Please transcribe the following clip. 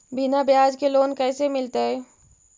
बिना ब्याज के लोन कैसे मिलतै?